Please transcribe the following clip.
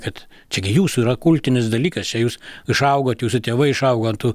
kad čia gi jūsų yra kultinis dalykas čia jūs išaugot jūsų tėvai išaugo ant tų